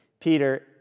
Peter